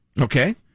Okay